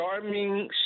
charming